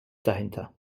dahinter